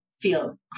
feel